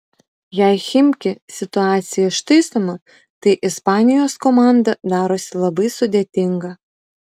jei chimki situacija ištaisoma tai ispanijos komanda darosi labai sudėtinga